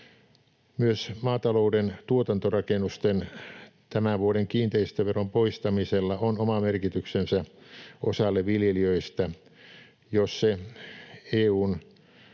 Myös maatalouden tuotantorakennusten tämän vuoden kiinteistöveron poistamisella on oma merkityksensä osalle viljelijöistä, jos se EU:n